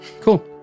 Cool